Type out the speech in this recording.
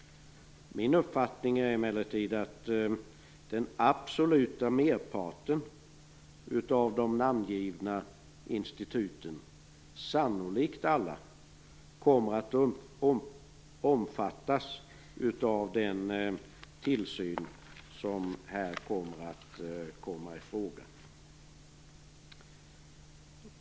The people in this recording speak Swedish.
Min uppfattning är att den absoluta merparten av namngivna institut - ja, sannolikt alla - kommer att omfattas av den tillsyn som här kommer i fråga.